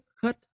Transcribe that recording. cut